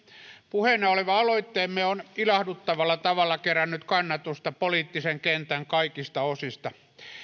puheena oleva aloitteemme on ilahduttavalla tavalla kerännyt kannatusta poliittisen kentän kaikista osista